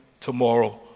tomorrow